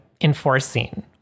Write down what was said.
enforcing